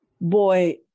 boy